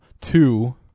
two